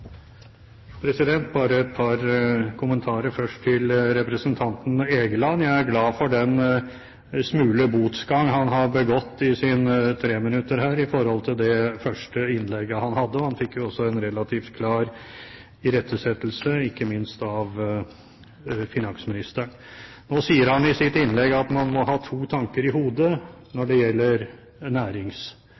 først. Jeg er glad for den smule botsgang han har gått i sin treminutter her, angående det første innlegget han hadde, og han fikk jo også en relativt klar irettesettelse, ikke minst av finansministeren. Nå sier han i sitt innlegg at man må ha to tanker i hodet når det gjelder